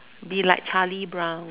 be like Charlie-Brown